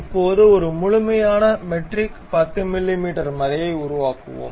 இப்போது ஒரு முறையான மெட்ரிக் 10 மிமீ மறையை உருவாக்குவோம்